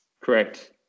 Correct